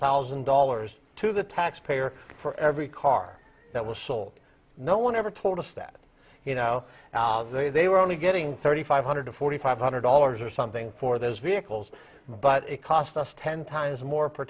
thousand dollars to the taxpayer for every car that was sold no one ever told us that you know now say they were only getting thirty five hundred forty five hundred dollars or something for those vehicles but it cost us ten times more p